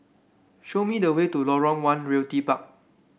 show me the way to Lorong One Realty Park